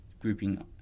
grouping